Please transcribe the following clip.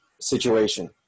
situation